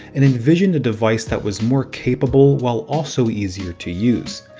and envisioned a device that was more capable, while also easier to use.